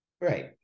Right